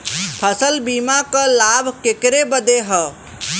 फसल बीमा क लाभ केकरे बदे ह?